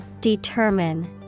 Determine